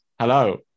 Hello